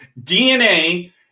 DNA